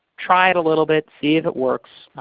try it a little bit. see if it works,